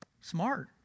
Smart